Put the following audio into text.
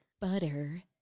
butter